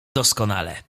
doskonale